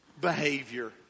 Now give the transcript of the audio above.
behavior